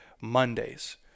Mondays